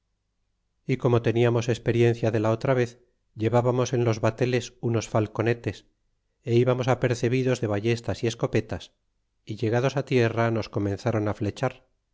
y como teníamos ex periencia de la otra vez llevabamos en los bateles unos falconetes é ibamos apercebidos de ballestas y escopetas y llegados tierra nos cotnenzron flechar